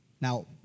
Now